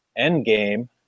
Endgame